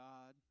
God